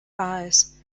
eyes